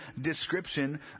description